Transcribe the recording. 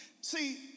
See